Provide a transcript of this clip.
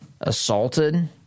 assaulted